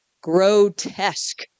grotesque